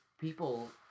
people